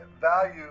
value